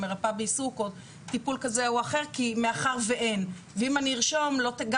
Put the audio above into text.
או מרפאה בעיסוק או טיפול כזה או אחר כי מאחר ואין ואם אני ארשום גם